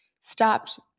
stopped